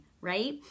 right